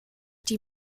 die